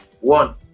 One